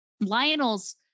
Lionel's